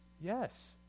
Yes